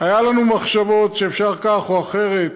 היו לנו מחשבות שאפשר כך או אחרת,